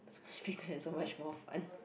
so much more fun